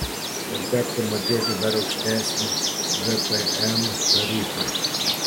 ir tektų mokėti dar aukštesnį gpm tarifą